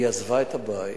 היא עזבה את הבית.